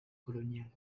colonial